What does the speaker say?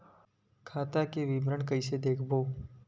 खाता के विवरण कइसे देखबो?